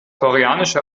koreanische